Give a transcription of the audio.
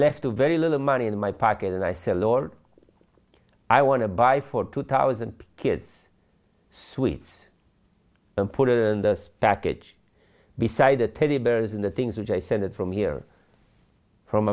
left a very little money in my pocket and i say lord i want to buy for two thousand kids sweets and put it in the package beside the teddy bears in the things which i sent it from here from